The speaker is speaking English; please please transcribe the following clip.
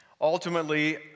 ultimately